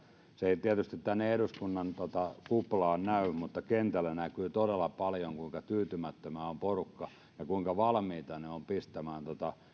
se ei tietysti tänne eduskunnan kuplaan näy mutta kentällä näkyy todella paljon kuinka tyytymätöntä on porukka kuinka valmiita tuolla kentällä ollaan pistämään